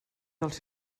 dels